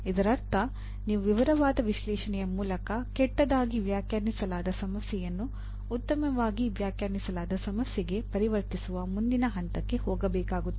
ಇದರರ್ಥ ನೀವು ವಿವರವಾದ ವಿಶ್ಲೇಷಣೆಯ ಮೂಲಕ ಕೆಟ್ಟದಾಗಿ ವ್ಯಾಖ್ಯಾನಿಸಲಾದ ಸಮಸ್ಯೆಯನ್ನು ಉತ್ತಮವಾಗಿ ವ್ಯಾಖ್ಯಾನಿಸಲಾದ ಸಮಸ್ಯೆಗೆ ಪರಿವರ್ತಿಸುವ ಮುಂದಿನ ಹಂತಕ್ಕೆ ಹೋಗಬೇಕಾಗುತ್ತದೆ